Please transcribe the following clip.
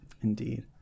indeed